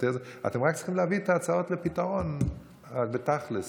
אתם רק צריכים להביא הצעות לפתרון בתכלס.